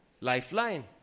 lifeline